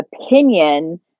opinion